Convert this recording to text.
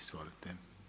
Izvolite.